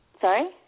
Sorry